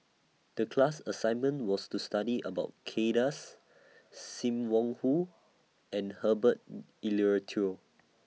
The class assignment was to study about Kay Das SIM Wong Hoo and Herbert Eleuterio